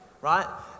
right